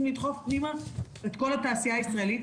לדחוף פנימה את כל התעשייה הישראלית.